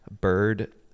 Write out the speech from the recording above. bird